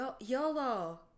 YOLO